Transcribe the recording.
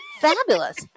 Fabulous